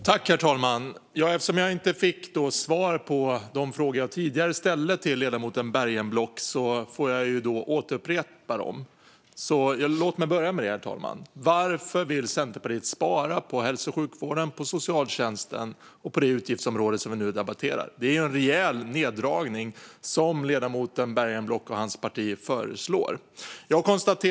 Herr talman! Jag fick inte svar på de frågor jag tidigare ställde till ledamoten Bergenblock. Därför upprepar jag dem. Låt mig börja med det. Varför vill Centerpartiet spara på hälso och sjukvården, socialtjänsten och det utgiftsområde som vi nu debatterar? Det är ju en rejäl neddragning som ledamoten Bergenblock och hans parti föreslår. Herr talman!